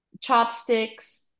Chopsticks